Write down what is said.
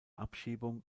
abschiebung